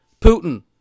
Putin